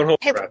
hey